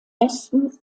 besten